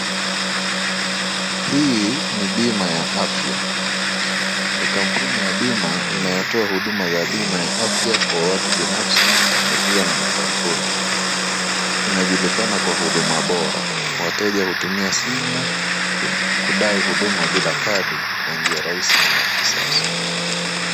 Hii ni bima ya afya. Ni kampuni ya bima inayotoa huduma za bima ya afya kwa watu binafsi, familia na makampuni. Inajulikana kwa huduma bora. Wateja hutumia simu ku kudai huduma bila kadi kwa njia raisi na ya kisasa.